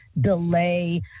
delay